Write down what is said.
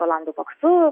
rolandu paksu